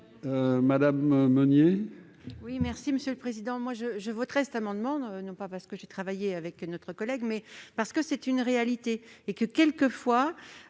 madame Meunier,